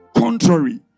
Contrary